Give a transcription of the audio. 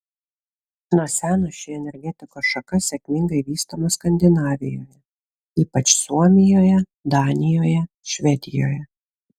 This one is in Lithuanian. nuo seno ši energetikos šaka sėkmingai vystoma skandinavijoje ypač suomijoje danijoje švedijoje